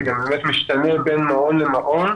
זה משתנה בין מעון למעון.